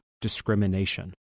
discrimination